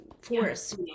force